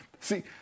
See